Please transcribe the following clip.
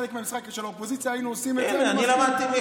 סיעת המחנה הממלכתי קיבלה את המכסה שלה של הדקות,